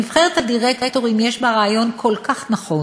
נבחרת הדירקטורים, יש בה רעיון כל כך נכון.